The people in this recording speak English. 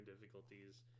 difficulties